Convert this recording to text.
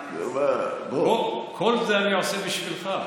את כל זה אני עושה בשבילך.